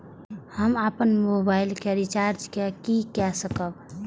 हम अपन मोबाइल के रिचार्ज के कई सकाब?